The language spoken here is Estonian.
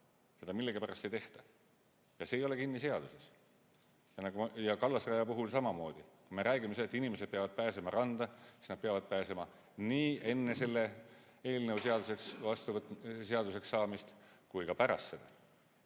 Seda millegipärast ei tehta. Ja see ei ole kinni seaduses. Kallasraja puhul samamoodi. Kui me räägime, et inimesed peavad pääsema randa, siis nad peavad pääsema nii enne selle eelnõu seaduseks saamist kui ka pärast seda.